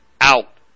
out